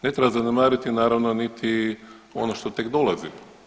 Ne treba zanemariti naravno niti ono što tek dolazi.